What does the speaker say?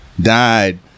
died